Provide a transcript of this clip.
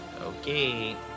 Okay